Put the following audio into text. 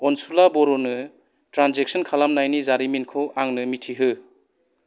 अनसुला बर'नो ट्रान्जेकसन खालामनायनि जारिमिनखौ आंनो मिथिहो